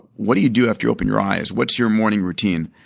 what do you do after you open your eyes? what your morning routine?